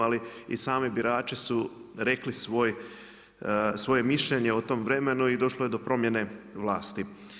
Ali i sami birači su rekli svoje mišljenje o tom vremenu i došlo je do promjene vlasti.